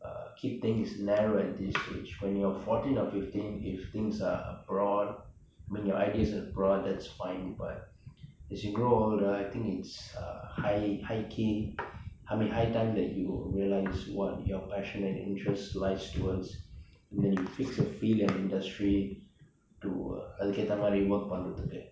uh keep things narrow at this stage when you are fourteen or fifteen if things are broad I mean your ideas are broad that's fine but as you grow older I think it's a high high key I mean high time that you realize what your passion and interest lies towards then you fix your field and industry to அதுக்கு தகுந்த மாதிரி:athukku thagundhamaathiri work பன்ரதுக்கு:panrathukku